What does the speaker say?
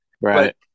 right